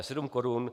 Sedm korun!